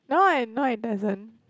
no eh no it doesn't